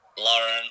Lauren